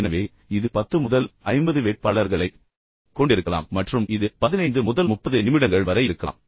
எனவே இது 10 முதல் 50 வேட்பாளர்களைக் கொண்டிருக்கலாம் மற்றும் இது 15 முதல் 30 நிமிடங்கள் வரை இருக்கலாம்